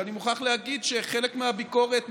ואני מוכרח להגיד שחלק מהביקורת,